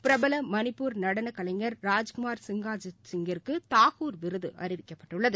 பிரபலமணிப்பூர் நடனகலைஞர் ராஜ்குமார் சிங்ஹா ஜித்சிங் கிற்குதாகூர் விருதுஅறிவிக்கப்பட்டுள்ளது